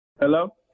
Hello